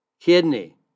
kidney